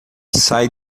sai